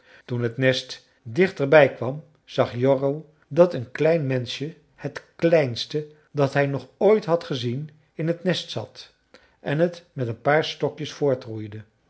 toen het nest dichterbij kwam zag jarro dat een klein menschje het kleinste dat hij nog ooit had gezien in het nest zat en het met een paar stokjes